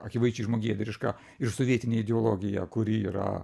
akivaizdžiai žmogėdriška ir sovietinę ideologiją kuri yra